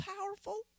powerful